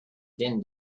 din